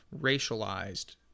racialized